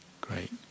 great